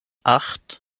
acht